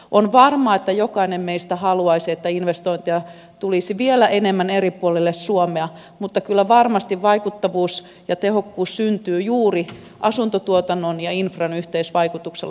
on varmaa että jokainen meistä haluaisi että investointeja tulisi vielä enemmän eri puolille suomea mutta kyllä varmasti vaikuttavuus ja tehokkuus syntyy juuri asuntotuotannon ja infran yhteisvaikutuksella